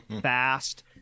fast